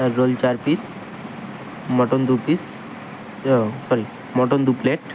egg roll চার piece mutton দু piece ও সরি মটন দু প্লেট